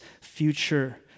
future